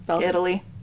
Italy